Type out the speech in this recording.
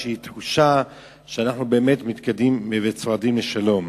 איזו תחושה שאנחנו באמת מתקדמים וצועדים לשלום.